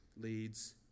leads